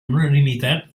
unanimitat